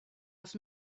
els